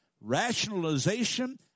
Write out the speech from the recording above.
rationalization